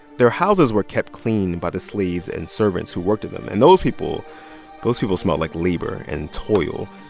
their houses were kept clean by the slaves and servants who worked in them. and those people those people smelled like labor and toil.